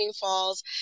falls